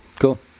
cool